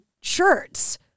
shirts